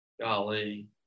Golly